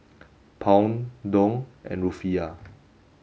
Pound Dong and Rufiyaa